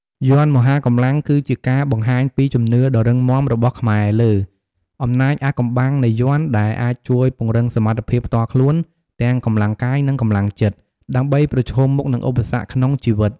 យ័ន្តមហាកម្លាំងគឺជាការបង្ហាញពីជំនឿដ៏រឹងមាំរបស់ខ្មែរលើ អំណាចអាថ៌កំបាំងនៃយ័ន្ត ដែលអាចជួយពង្រឹងសមត្ថភាពផ្ទាល់ខ្លួន ទាំងកម្លាំងកាយ និងកម្លាំងចិត្ត ដើម្បីប្រឈមមុខនឹងឧបសគ្គក្នុងជីវិត។